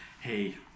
hey